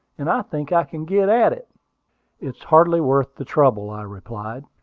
and i think i can get at it. it is hardly worth the trouble, i replied.